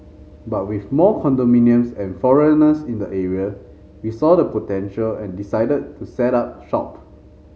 but with more condominiums and foreigners in the area we saw the potential and decided to set up shop